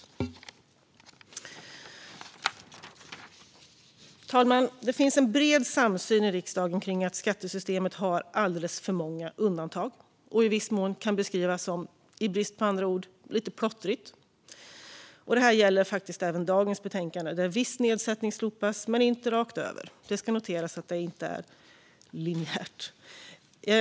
Fru talman! Det finns en bred samsyn i riksdagen kring att skattesystemet har alldeles för många undantag och i viss mån kan beskrivas som, i brist på andra ord, lite plottrigt. Detta gäller även dagens betänkande, där viss nedsättning slopas men inte rakt över. Det ska noteras att det inte är linjärt.